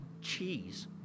cheese